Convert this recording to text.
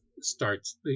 starts